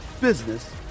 business